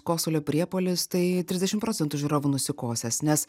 kosulio priepuolis tai trisdešimt procentų žiūrovų nusikosės nes